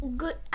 good